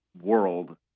world